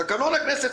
תקנון הכנסת,